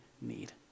need